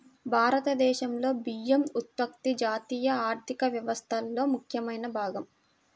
భారతదేశంలో బియ్యం ఉత్పత్తి జాతీయ ఆర్థిక వ్యవస్థలో ముఖ్యమైన భాగం